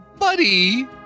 Buddy